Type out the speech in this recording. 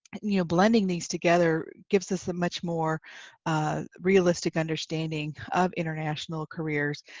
and you know, blending these together gives us a much more realistic understanding of international careers.